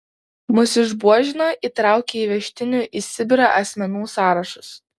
mus išbuožino įtraukė į vežtinų į sibirą asmenų sąrašus